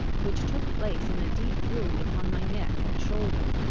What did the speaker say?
which took place in a deep wound upon my neck and shoulder.